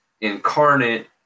incarnate